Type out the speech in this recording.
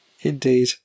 Indeed